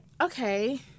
okay